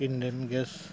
Indian gas